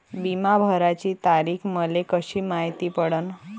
बिमा भराची तारीख मले कशी मायती पडन?